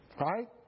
Right